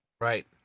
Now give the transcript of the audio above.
Right